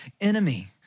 enemy